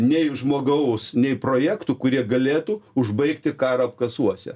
nei žmogaus nei projektų kurie galėtų užbaigti karą apkasuose